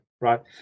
Right